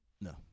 No